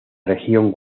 región